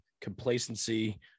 complacency